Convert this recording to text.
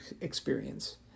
experience